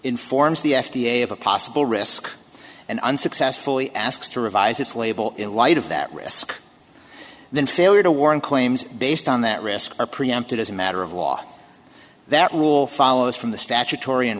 informs the f d a of a possible risk and unsuccessfully asks to revise its label in light of that risk then failure to warn claims based on that risk are preempted as a matter of law that will follow us from the statutory